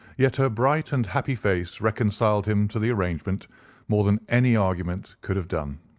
yet her bright and happy face reconciled him to the arrangement more than any argument could have done.